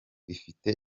ifite